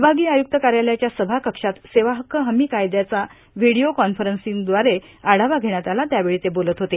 विभागीय आय्रक्त कार्यालयाच्या सभा कक्षात सेवा हक्क हमी कायद्याचा व्हीडिओ कॉन्फरन्सद्वारे आढावा घेण्यात आला त्यावेळी ते बोलत होते